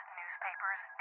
newspapers